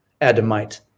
Adamite